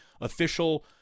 official